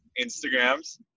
Instagrams